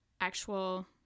actual